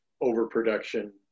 overproduction